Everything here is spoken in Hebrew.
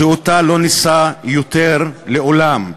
שאותה לא נישא יותר לעולם,